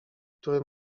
który